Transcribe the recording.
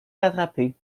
rattraper